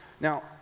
Now